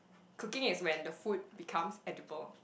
cooking is when the food becomes edible